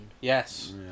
Yes